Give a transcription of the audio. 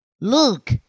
Look